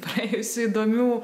praėjusi įdomių